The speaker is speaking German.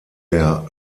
der